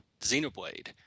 Xenoblade